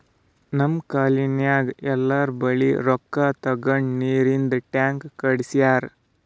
ನಮ್ ಕಾಲ್ನಿನಾಗ್ ಎಲ್ಲೋರ್ ಬಲ್ಲಿ ರೊಕ್ಕಾ ತಗೊಂಡ್ ನೀರಿಂದ್ ಟ್ಯಾಂಕ್ ಕುಡ್ಸ್ಯಾರ್